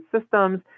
systems